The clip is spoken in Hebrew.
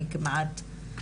אני כמעט,